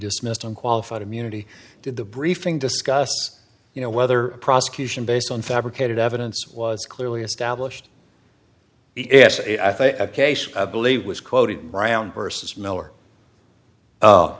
dismissed on qualified immunity did the briefing discuss you know whether a prosecution based on fabricated evidence was clearly established a case a believe was quoted in brown versus miller